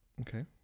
okay